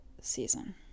season